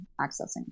accessing